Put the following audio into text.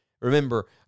Remember